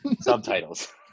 subtitles